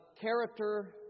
character